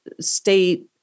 state